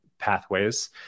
pathways